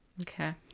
Okay